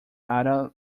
ada